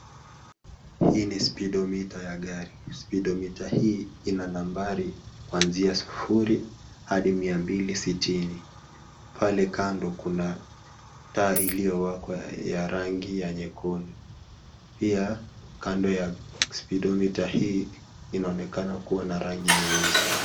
Hii ni speedometer ya gari. Speedometer hii ina nambari kuanzia sufuri hadi Mia mbili sitini. Pale kando kuna taa iliyowekwa ya rangi ya nyekundu. Pia, kando ya speedometer hii inaonekana kuwa na rangi nyeusi.